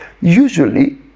Usually